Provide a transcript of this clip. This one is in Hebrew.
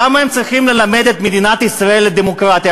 למה הם צריכים ללמד את מדינת ישראל דמוקרטיה?